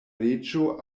reĝo